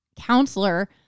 counselor